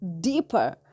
deeper